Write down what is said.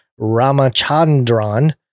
Ramachandran